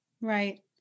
Right